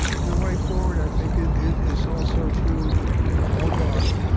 the way forward, i think, is is also through more dark.